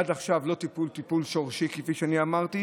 עד עכשיו לא טיפלו טיפול שורשי, כפי שאמרתי.